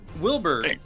Wilbur